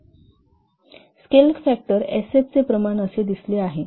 scale factor SF चे प्रमाण असे दिले आहे